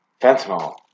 fentanyl